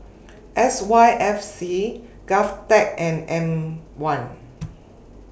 S Y F C Govtech and M one